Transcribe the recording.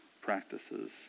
practices